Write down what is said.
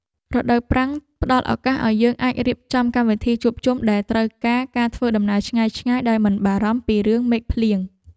រដូវប្រាំងផ្តល់ឱកាសឱ្យយើងអាចរៀបចំកម្មវិធីជួបជុំដែលត្រូវការការធ្វើដំណើរឆ្ងាយៗដោយមិនបារម្ភពីរឿងមេឃភ្លៀង។